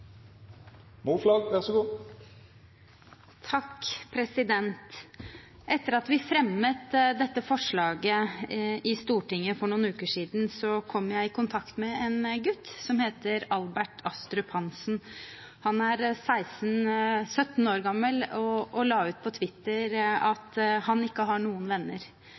fremmet dette forslaget i Stortinget for noen uker siden, kom jeg i kontakt med en gutt som heter Albert Astrup Hansen. Han er 17 år gammel og la ut på Twitter at han ikke har noen venner.